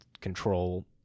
control